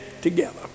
together